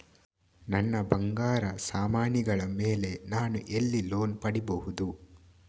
ನನ್ನ ಬಂಗಾರ ಸಾಮಾನಿಗಳ ಮೇಲೆ ನಾನು ಎಲ್ಲಿ ಲೋನ್ ಪಡಿಬಹುದು?